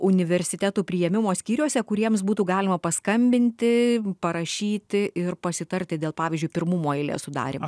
universitetų priėmimo skyriuose kuriems būtų galima paskambinti parašyti ir pasitarti dėl pavyzdžiui pirmumo eilės sudarymo